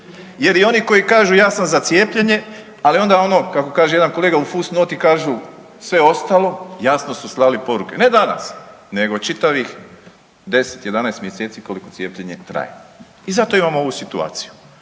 jer i oni koji kažu ja sam za cijepljenje, ali onda ono kako kaže jedan kolega u fus noti kažu sve ostalo jasno su slali poruke, ne danas, nego čitavih 10, 11 mjeseci koliko cijepljenje traje i zato imamo ovu situaciju.